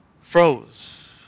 froze